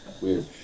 Weird